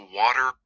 water